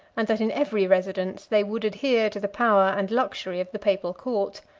and that in every residence they would adhere to the power and luxury of the papal court.